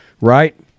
right